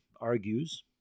argues